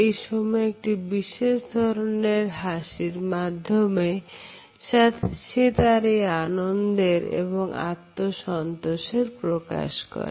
সেই সময় একটি বিশেষ হাসির মাধ্যমে সে তার এই আনন্দের এবং আত্মসন্তোষের প্রকাশ করে